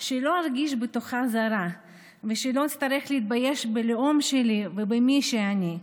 שלא ארגיש זרה בתוכה ושלא אצטרך להתבייש בלאום שלי ובמי שאני.